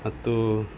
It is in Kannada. ಮತ್ತು